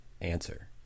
answer